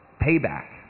payback